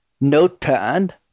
notepad